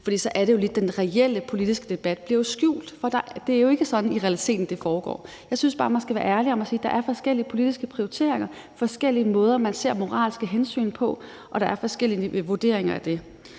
lidt den reelle politiske debat, der bliver skjult, for det er jo ikke sådan, det foregår i realiteten. Jeg synes bare, man skal være ærlig at sige, at der er forskellige politiske prioriteringer, forskellige måder, man ser moralske hensyn på, og at der er forskellige vurderinger af det.